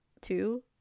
two